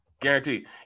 Guaranteed